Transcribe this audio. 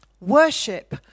Worship